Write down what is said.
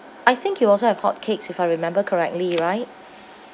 I think you also have hotcakes if I remember correctly right